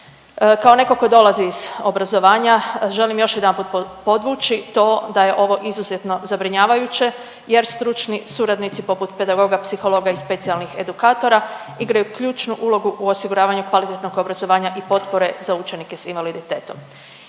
Kao netko tko dolazi iz obrazovanja želim još jedanput podvući to da je ovo izuzetno zabrinjavajuće jer stručni suradnici poput pedagoga, psihologa i specijalnih edukatora igraju ključnu ulogu u osiguravanju kvalitetnog obrazovanja i potpore za učenike s invaliditetom.